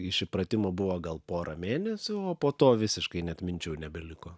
iš įpratimo buvo gal porą mėnesių o po to visiškai net minčių nebeliko